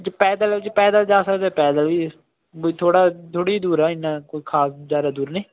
ਜੇ ਪੈਦਲ ਜੇ ਪੈਦਲ ਜਾ ਸਕਦੇ ਪੈਦਲ ਵੀ ਥੋੜ੍ਹਾ ਥੋੜ੍ਹੀ ਜਿਹੀ ਦੂਰ ਆ ਇੰਨਾ ਕੋਈ ਖ਼ਾਸ ਜ਼ਿਆਦਾ ਦੂਰ ਨਹੀਂ